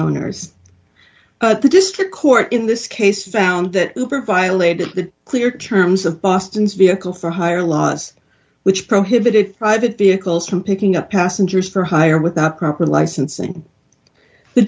owners but the district court in this case found that hooper violated the clear terms of boston's vehicle for higher laws which prohibited private vehicles from picking up passengers for hire without proper licensing the